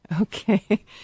Okay